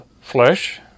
flesh